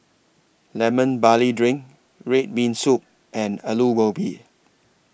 Lemon Barley Drink Red Bean Soup and Aloo Gobi